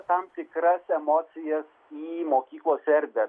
tam tikras emocijas į mokyklos erdvę